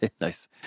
Nice